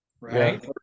Right